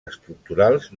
estructurals